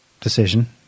decision